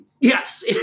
Yes